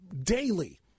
daily